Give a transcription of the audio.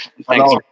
Thanks